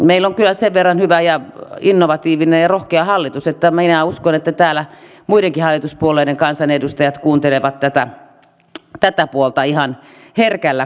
meillä on kyllä sen verran hyvä ja innovatiivinen ja rohkea hallitus että minä uskon että täällä muidenkin hallituspuolueiden kansanedustajat kuuntelevat tätä puolta ihan herkällä korvalla